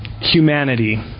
humanity